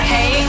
Hey